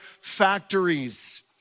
factories